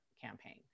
campaign